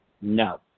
No